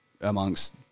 amongst